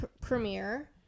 premiere